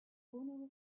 owner